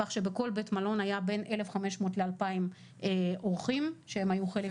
כך שבכל בית מלון היו בין 1,500 ל-2,000 אורחים שהם היו חלק מהאירוע.